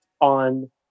on